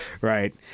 Right